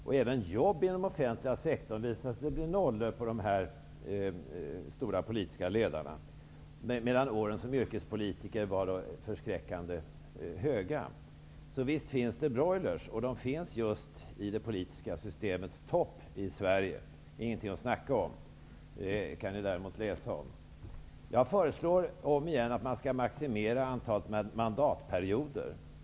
Även för jobb inom den offentliga sektorn blev det nollor för de här stora politiska ledarna, medan det för åren som yrkespolitiker blev förskräckande höga siffror. Så visst finns det broilers, och de finns just i det politiska systemets topp i Sverige. Det är det ingenting att snacka om -- det kan ni däremot läsa om. Jag föreslår om igen att man skall maximera antalet mandatperioder.